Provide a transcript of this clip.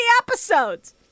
episodes